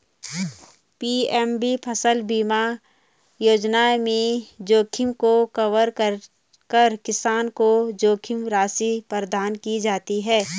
PM फसल बीमा योजना में जोखिम को कवर कर किसान को जोखिम राशि प्रदान की जाती है